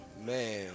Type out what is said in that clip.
Man